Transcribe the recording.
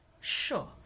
Sure